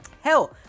Hell